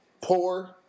poor